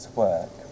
work